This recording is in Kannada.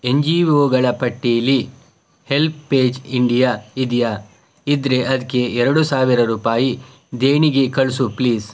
ಎನ್ ಜಿ ಒಗಳ ಪಟ್ಟಿಯಲ್ಲಿ ಹೆಲ್ಪ್ಏಜ್ ಇಂಡಿಯಾ ಇದೆಯಾ ಇದ್ದರೆ ಅದಕ್ಕೆ ಎರಡು ಸಾವಿರ ರೂಪಾಯಿ ದೇಣಿಗೆ ಕಳಿಸು ಪ್ಲೀಸ್